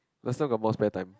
last time got more spare time